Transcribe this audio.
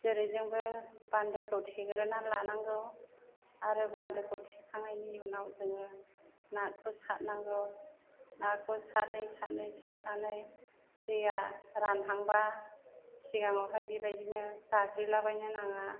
जेरैजोंबो बान्दोखौ थेग्रोना लानांगौ आरो बान्दोखौ थेखांनायनि उनाव जोङो नाखौ सारनांगौ नाखौ सारै सारै सारनानै दैआ रानहांबा सिगाङावहाय बेबायदिनो गाग्लिला बायनो नाङा